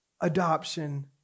adoption